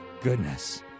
goodness